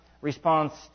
response